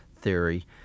theory